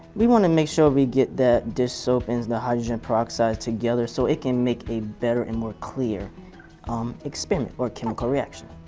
we want to make sure we get that dish soap and and hyddrogen peroxide together so it can make a better and more clear experiment or chemical reaction.